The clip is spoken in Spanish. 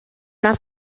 una